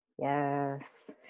yes